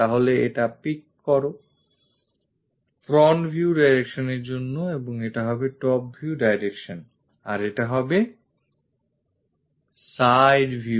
তাহলে এটা pick করো front view direction এর জন্য এবং এটা হবে top view direction আর এটা হবে side view direction